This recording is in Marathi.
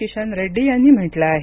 किशन रेड्डी यांनी म्हटलं आहे